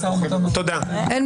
זו דעה, אבל